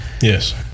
Yes